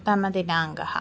तमदिनाङ्गः